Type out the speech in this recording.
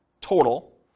total